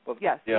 Yes